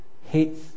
hates